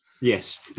Yes